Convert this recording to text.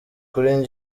kuri